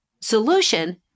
solution